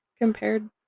compared